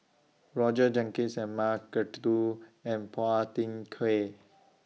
Roger Jenkins M Karthigesu and Phua Thin Kiay